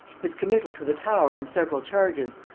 his committal to the tower on several charges,